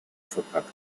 verpackt